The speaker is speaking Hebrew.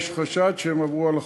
יש חשד שהם עברו על החוק.